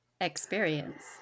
experience